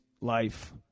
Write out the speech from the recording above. life